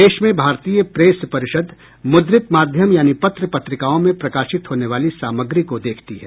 देश में भारतीय प्रेस परिषद मुद्रित माध्यम यानी पत्र पत्रिकाओं में प्रकाशित होने वाली सामग्री को देखती है